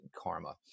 Karma